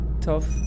tough